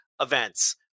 events